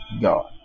God